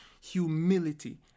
humility